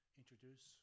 introduce